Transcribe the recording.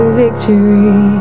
victory